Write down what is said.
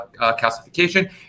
calcification